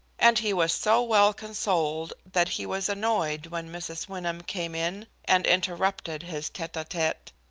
and he was so well consoled that he was annoyed when mrs. wyndham came in and interrupted his tete-a-tete.